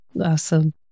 Awesome